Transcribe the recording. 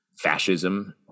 Fascism